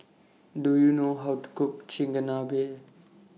Do YOU know How to Cook Chigenabe